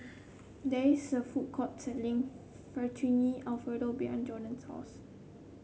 there is a food court selling Fettuccine Alfredo behind Jadon's house